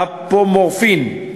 "אפומורפין",